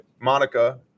Monica